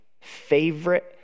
favorite